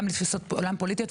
גם לתפיסות עולם פוליטיות,